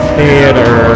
Theater